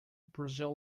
brazil